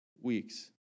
weeks